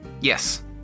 Yes